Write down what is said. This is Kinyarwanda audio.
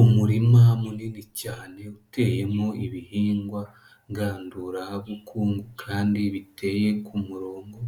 Umurima munini cyane uteyemo ibihingwa ngandurabukungu kandi biteye ku murongo,